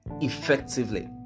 effectively